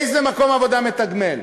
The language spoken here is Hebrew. איזה מקום עבודה מתגמל?